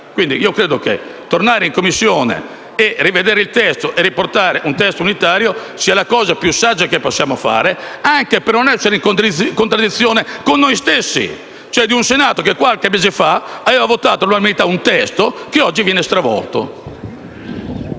fattispecie? Credo che tornare in Commissione, rivedere il provvedimento e riportare un testo unitario sia la cosa più saggia che possiamo fare, anche per non essere in contraddizione con noi stessi, con un Senato che qualche mese fa aveva votato all'unanimità un testo che oggi viene stravolto.